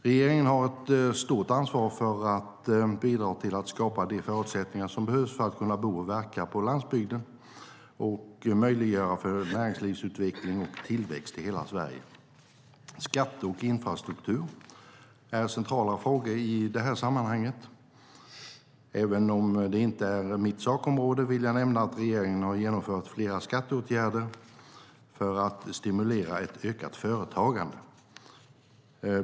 Regeringen har ett stort ansvar för att bidra till att skapa de förutsättningar som behövs för att kunna bo och verka på landsbygden och möjliggöra för näringslivsutveckling och tillväxt i hela Sverige. Skatter och infrastruktur är centrala frågor i det här sammanhanget. Även om det inte är mitt sakområde vill jag nämna att regeringen har genomfört flera skatteåtgärder för att stimulera ett ökat företagande.